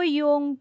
yung